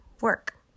work